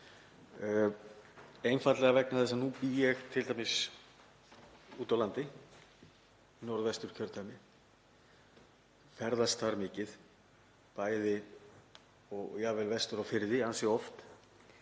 einfaldlega vegna þess að nú bý ég t.d. úti á landi, í Norðvesturkjördæmi, ferðast þar mikið og jafnvel vestur á firði ansi oft